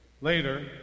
Later